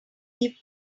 eve